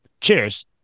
Cheers